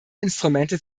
instrumente